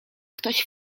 ktoś